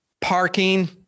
parking